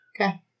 Okay